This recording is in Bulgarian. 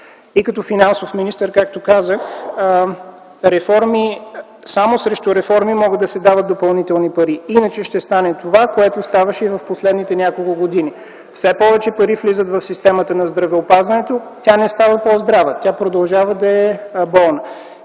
като финансов министър, само срещу реформи могат да се дават допълнителни пари, иначе ще стане това, което ставаше през последните няколко години – все повече пари влизат в системата на здравеопазването, но тя не става по-здрава, тя продължава да е болна.